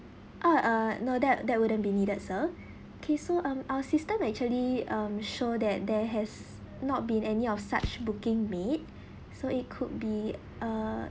uh uh no that that wouldn't be needed sir okay so um our system actually um show that there has not been any of such booking made so it could be a